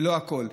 ולא הכול.